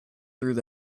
through